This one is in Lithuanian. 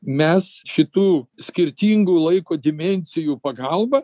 mes šitų skirtingų laiko dimensijų pagalba